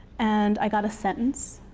and i got a sentence.